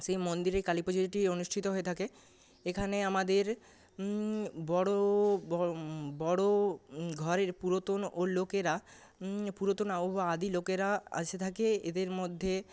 সেই মন্দিরেই কালীপুজোটি অনুষ্ঠিত হয়ে থাকে এখানে আমাদের বড় বড় ঘরের পুরাতন ও লোকেরা পুরাতন বা আদি লোকেরা এসে থাকে এদের মধ্যে